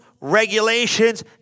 regulations